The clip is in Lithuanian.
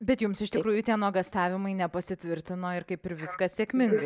bet jums iš tikrųjų tie nuogąstavimai nepasitvirtino ir kaip ir viskas sėkmingai